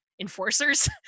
enforcers